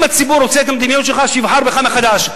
אם הציבור רוצה את המדיניות שלך, שיבחר בך מחדש.